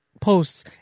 posts